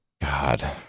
god